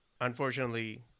unfortunately